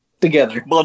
together